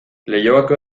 leioako